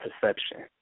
perception